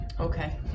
Okay